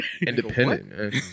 independent